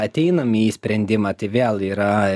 ateinam į sprendimą tai vėl yra